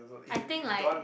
I think like